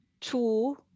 two